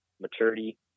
maturity